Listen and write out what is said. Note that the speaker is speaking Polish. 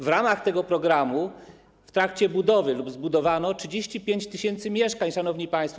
W ramach tego programu jest w trakcie budowy lub zbudowano 35 tys. mieszkań, szanowni państwo.